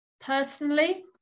Personally